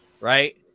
right